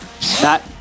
That-